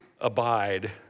Abide